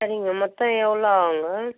சரிங்க மொத்தம் எவ்வளோ ஆகுங்க